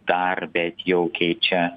dar bet jau keičia